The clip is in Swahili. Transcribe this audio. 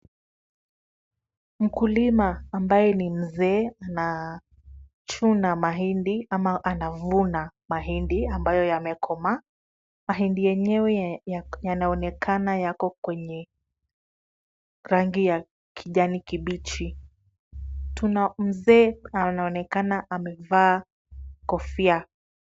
Mkulima ambaye ni mzee na anachuna mahindi ama anavuna mahindi ambayo yamekomaa. Mahindi yenyewe yanaonekana yako kwenye rangi ya kijani kibichi. Tuna mzee anaonekana amevaa kofia.